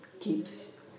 keeps